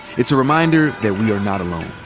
it's a reminder that we are not alone.